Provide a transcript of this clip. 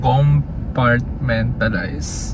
Compartmentalize